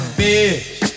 bitch